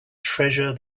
treasure